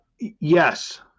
Yes